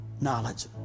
knowledge